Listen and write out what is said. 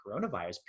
coronavirus